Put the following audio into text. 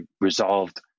resolved